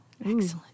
Excellent